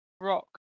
rock